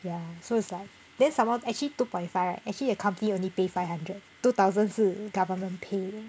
ya so it's like then some more actually two point five right actually the company only pay five hundred two thousand 是 government pay